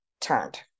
turned